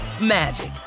magic